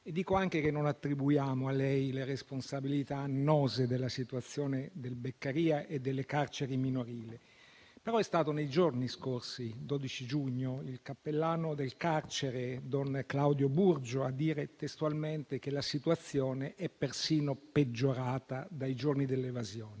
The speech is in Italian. Le dico anche che non attribuiamo a lei le responsabilità annose della situazione del Beccaria e delle carceri minorili. Però, nei giorni scorsi, il 12 giugno, è stato il cappellano del carcere, don Claudio Burgio, a dire testualmente che la situazione è persino peggiorata dai giorni dell'evasione.